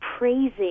Praising